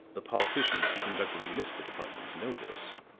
the politicians who conduct the municipal departments know this,